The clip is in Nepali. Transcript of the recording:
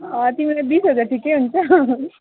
तिमीलाई बिस हजार ठिकै हुन्छ